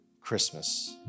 Christmas